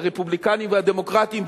הרפובליקנים והדמוקרטים,